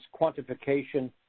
quantification